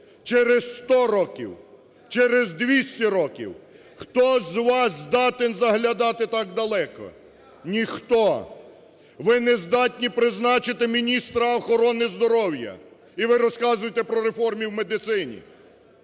через 100 років, через 200 років? Хто з вас здатен заглядати так далеко? Ніхто. Ви не здатні призначити міністра охорони здоров'я і ми розказуєте про реформи в медицині.